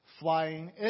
flying